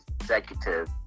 executive